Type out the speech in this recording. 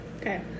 Okay